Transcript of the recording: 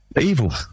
Evil